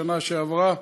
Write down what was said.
השנה שעברה,